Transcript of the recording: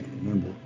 remember